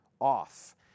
off